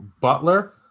Butler